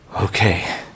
Okay